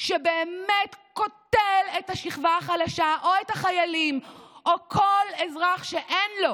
שבאמת קוטל את השכבה החלשה או את החיילים או כל אזרח שאין לו,